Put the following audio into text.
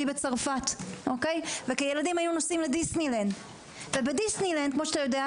בצרפת וכילדים היינו נוסעים לדיסנילנד ובדיסנילנד כמו שאתה יודע,